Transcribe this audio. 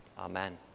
Amen